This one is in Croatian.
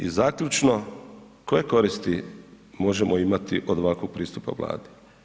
I zaključno, koje koristi možemo imati od ovakvog pristupa Vlade?